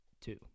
two